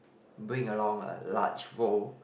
bring along a large bowl